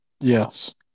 Yes